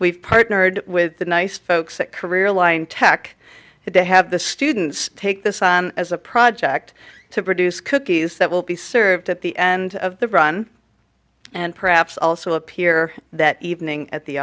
we've partnered with the nice folks at career line tech and they have the students take this on as a project to produce cookies that will be served at the end of the run and perhaps also appear that evening at the